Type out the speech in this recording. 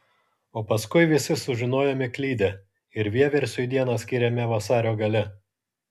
o paskui visi sužinojome klydę ir vieversiui dieną skyrėme vasario gale